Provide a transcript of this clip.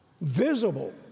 visible